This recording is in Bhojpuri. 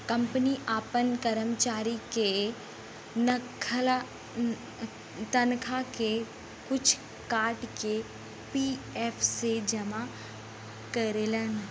कंपनी आपन करमचारी के तनखा के कुछ काट के पी.एफ मे जमा करेलन